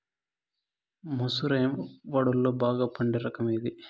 మసూర వడ్లులో బాగా పండే రకం ఏది?